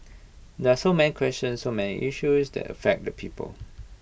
there are so many questions so many issues that affect the people